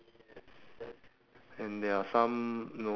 and the one on the left has a three legs visible to us